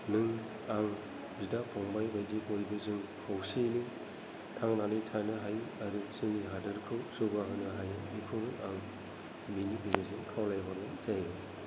नों आं बिदा फंबाय बायदि बयबो जों खौसेयैनो थांनानै थानो हायो आरो जोंनि हादरखौ जौगाहोनो हायो बेखौनो आं बेनि गेजेरजों खावलायनाय जायो